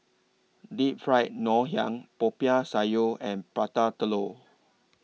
Deep Fried Ngoh Hiang Popiah Sayur and Prata Telur